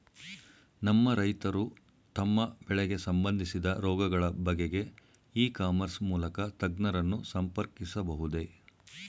ನಮ್ಮ ರೈತರು ತಮ್ಮ ಬೆಳೆಗೆ ಸಂಬಂದಿಸಿದ ರೋಗಗಳ ಬಗೆಗೆ ಇ ಕಾಮರ್ಸ್ ಮೂಲಕ ತಜ್ಞರನ್ನು ಸಂಪರ್ಕಿಸಬಹುದೇ?